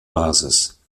basis